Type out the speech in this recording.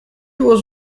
was